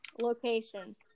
Location